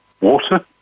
water